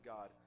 God